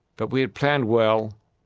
but we had planned well,